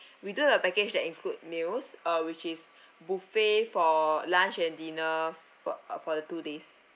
we do have package that include meals uh which is buffet for lunch and dinner for ugh for the two days